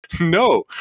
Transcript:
No